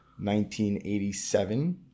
1987